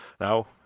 now